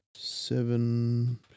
Seven